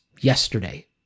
yesterday